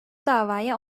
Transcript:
davaya